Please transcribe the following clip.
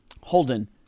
holden